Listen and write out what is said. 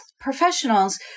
professionals